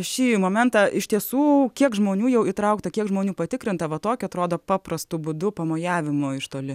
šį momentą iš tiesų kiek žmonių jau įtraukta kiek žmonių patikrinta va tokiu atrodo paprastu būdu pamojavimu iš toli